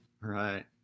right